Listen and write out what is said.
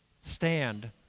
stand